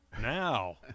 now